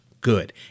good